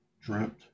dreamt